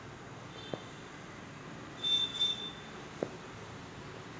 अन्न प्रक्रिया कंपन्यांनाही कृषी उत्पादन पाठवू शकतात